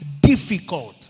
difficult